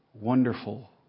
wonderful